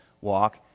walk